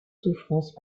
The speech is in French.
souffrances